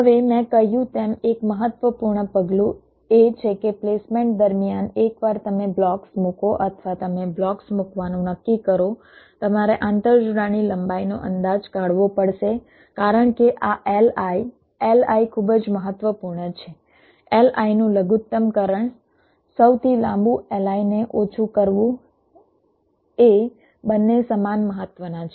હવે મેં કહ્યું તેમ એક મહત્વપૂર્ણ પગલું એ છે કે પ્લેસમેન્ટ દરમિયાન એકવાર તમે બ્લોક્સ મુકો અથવા તમે બ્લોક્સ મૂકવાનું નક્કી કરો તમારે આંતરજોડાણની લંબાઈનો અંદાજ કાઢવો પડશે કારણ કે આ Li Li ખૂબ જ મહત્વપૂર્ણ છે Li નું લઘુત્તમકરણ સૌથી લાંબુ Li ને ઓછું કરવું એ બંને સમાન મહત્વના છે